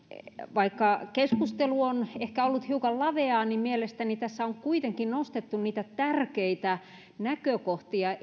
vaikka keskustelu on ehkä ollut hiukan laveaa niin mielestäni tässä on kuitenkin nostettu esiin niitä tärkeitä näkökohtia